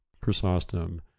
chrysostom